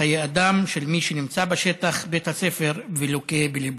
חיי אדם של מי שנמצא בשטח בית הספר ולוקה בליבו.